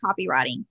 copywriting